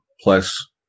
plus